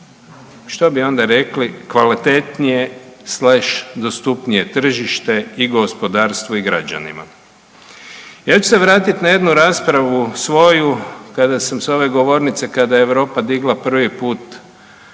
što bi onda rekli kvalitetnije sleš dostupnije tržište i gospodarstvu i građanima. Ja ću se vratiti na jednu raspravu svoju kada sam sa ove govornice kada je Europa digla prvi put